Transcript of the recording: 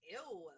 ew